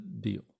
deal